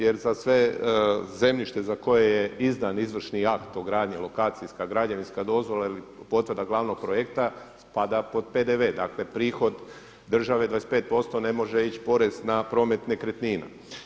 Jer za sve zemljište za koje je izdan izvršni akt o gradnji lokacijska, građevinska dozvola ili potvrda glavnog projekta, pa da pod PDV, dakle prihod države 25% ne može ići porez na promet nekretnina.